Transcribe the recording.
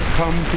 come